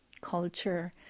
culture